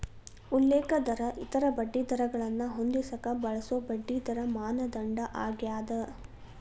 ಉಲ್ಲೇಖ ದರ ಇತರ ಬಡ್ಡಿದರಗಳನ್ನ ಹೊಂದಿಸಕ ಬಳಸೊ ಬಡ್ಡಿದರ ಮಾನದಂಡ ಆಗ್ಯಾದ